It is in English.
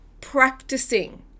practicing